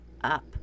up